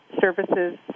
services